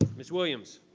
ms. williams,